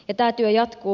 tämä työ jatkuu